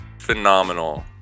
phenomenal